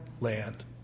land